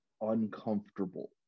uncomfortable